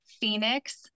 phoenix